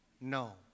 No